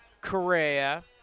Correa